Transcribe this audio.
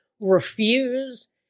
refuse